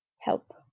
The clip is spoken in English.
help